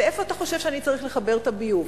לאן אתה חושב אני צריך לחבר את הביוב?